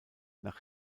nach